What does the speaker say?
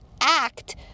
act